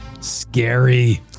Scary